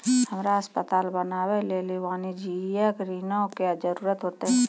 हमरा अस्पताल बनाबै लेली वाणिज्यिक ऋणो के जरूरत होतै